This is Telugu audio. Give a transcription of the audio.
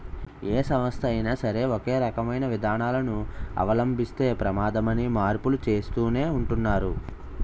ఏ సంస్థ అయినా సరే ఒకే రకమైన విధానాలను అవలంబిస్తే ప్రమాదమని మార్పులు చేస్తూనే ఉంటున్నారు